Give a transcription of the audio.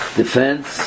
defense